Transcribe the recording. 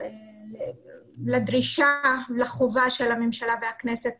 ביחס לדרישה לחובה של הממשלה והכנסת